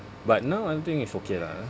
but now everything is okay lah ah